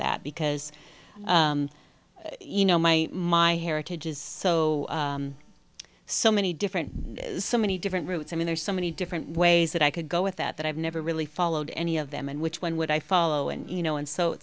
that because you know my my heritage is so so many different so many different routes i mean there's so many different ways that i could go with that that i've never really followed any of them and which one would i follow and you know and so